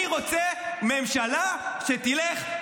אני רוצה ממשלה שתלך,